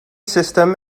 system